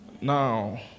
Now